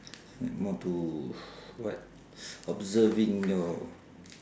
more to observing your